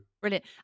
brilliant